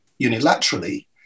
unilaterally